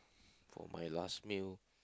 for my last meal